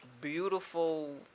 beautiful